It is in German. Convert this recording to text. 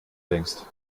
denkst